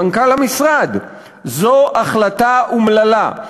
מנכ"ל המשרד: זו החלטה אומללה.